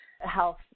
health